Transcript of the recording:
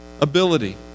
ability